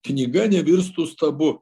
knyga nevirstų stabu